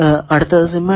അടുത്ത് സിമെട്രിക്